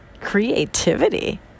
Creativity